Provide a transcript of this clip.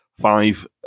five